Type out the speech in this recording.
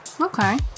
Okay